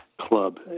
club